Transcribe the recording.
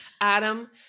adam